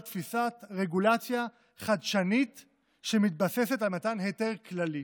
תפיסת רגולציה חדשנית שמתבססת על מתן היתר כללי.